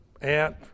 aunt